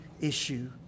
issue